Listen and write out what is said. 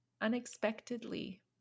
unexpectedly